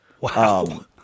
Wow